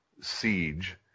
siege